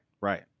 Right